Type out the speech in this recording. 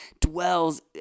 dwells